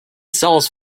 sells